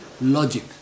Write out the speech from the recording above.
logic